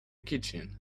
kitchen